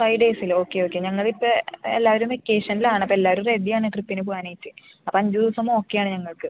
five ഡെയ്സില് okay okay ഞങ്ങളിപ്പോൾ എല്ലാവരും വെക്കേഷനിലാണ് അപ്പം എല്ലാവരും റെഡി ആണ് ട്രിപ്പിന് പോകാനായിട്ട് അപ്പോൾ അഞ്ച് ദിവസം ഓക്കെ ആണ് ഞങ്ങൾക്ക്